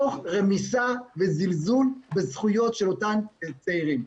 תוך רמיסה וזלזול בזכויות של אותם צעירים.